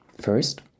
First